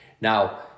Now